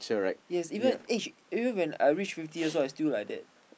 yes even age even when I reach fifty years old I still like that